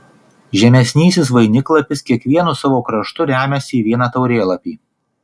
žemesnysis vainiklapis kiekvienu savo kraštu remiasi į vieną taurėlapį